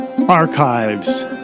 Archives